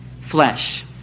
flesh